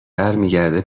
برمیگرده